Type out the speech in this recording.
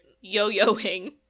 yo-yoing